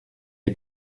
les